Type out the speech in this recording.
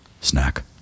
Snack